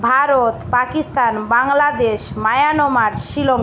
Bharat Pakistan Bangladesh Myanmar Shillong